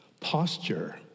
Posture